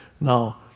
Now